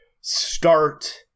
start